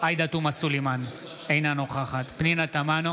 עאידה תומא סלימאן, אינה נוכחת פנינה תמנו,